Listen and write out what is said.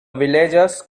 villagers